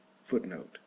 footnote